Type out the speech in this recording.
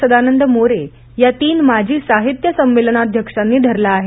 सदानंद मोरे या तीन माजी साहित्य संमेलनाध्यक्षांनी धरला आहे